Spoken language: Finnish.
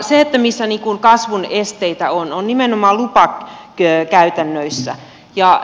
se missä kasvun esteitä on on nimenomaan lupakäytännöissä